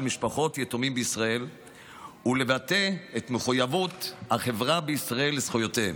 משפחות יתומים בישראל ולבטא את מחויבות החברה בישראל לזכויותיהם,